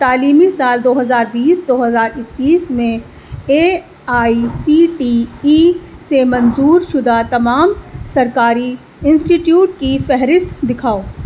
تعلیمی سال دو ہزار بیس دو ہزار اکیس میں A I C T E سے منظور شدہ تمام سرکاری انسٹیٹیوٹ کی فہرست دکھاؤ